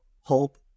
hope